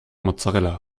mozzarella